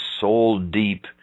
soul-deep